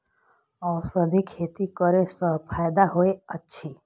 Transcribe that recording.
औषधि खेती करे स फायदा होय अछि?